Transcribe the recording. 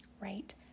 right